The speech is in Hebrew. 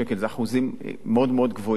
אלה אחוזים מאוד מאוד גבוהים.